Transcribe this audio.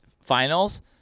Finals—